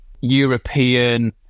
European